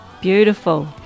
Beautiful